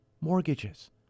mortgages